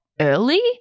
early